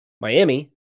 Miami